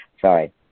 Sorry